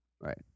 Right